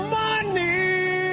money